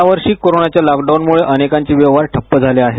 यावर्षी कोरोनाच्या लॉकडाऊनमुळे अनेकांचे व्यवहार ठप्प झाले आहेत